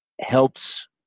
helps